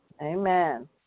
Amen